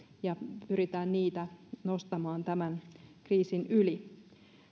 ja pyritään niitä nostamaan tämän kriisin yli